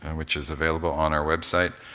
and which is available on our website,